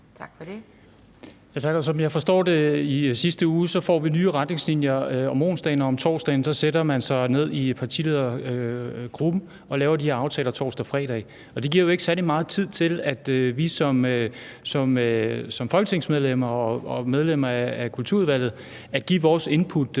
Som jeg forstod det i sidste uge, får vi nye retningslinjer om onsdagen og om torsdagen; så sætter man sig ned i partiledergruppen og laver de her aftaler torsdage og fredage. Og det giver jo ikke særlig meget tid til, at vi som folketingsmedlemmer og medlemmer af Kulturudvalget kan give vores input